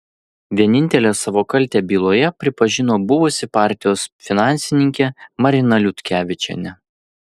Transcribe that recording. vienintelė savo kaltę byloje pripažino buvusi partijos finansininkė marina liutkevičienė